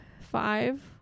five